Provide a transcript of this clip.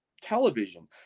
television